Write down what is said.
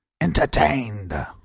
entertained